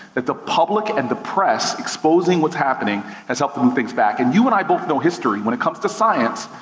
that the public and the press, exposing what's happening, has helped move and things back. and you and i both know history. when it comes to science,